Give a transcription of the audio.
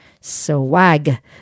swag